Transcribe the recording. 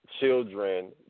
children